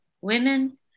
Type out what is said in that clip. women